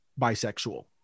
bisexual